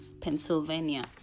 Pennsylvania